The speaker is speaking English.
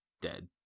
dead